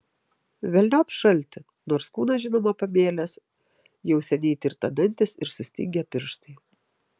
velniop šaltį nors kūnas žinoma pamėlęs jau seniai tirta dantys ir sustingę pirštai